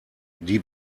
die